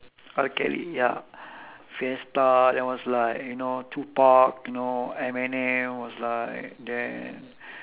R kelly ya fiesta that was like you know two pac you know eminem was like damn